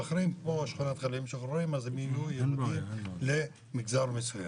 אחרים כמו שכונת חיילים משוחררים למגזר מסוים.